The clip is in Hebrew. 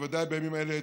בוודאי בימים אלה,